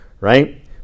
right